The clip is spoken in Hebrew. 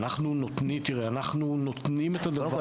אנחנו נותנים את הדבר -- קודם כול,